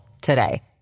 today